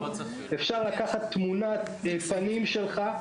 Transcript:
אפשר לקחת תמונת פנים שלך,